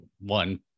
one